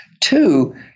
Two